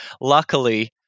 luckily